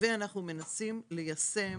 ואנחנו מנסים ליישם